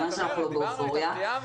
אנחנו ממש שלא באופוריה.